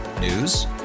News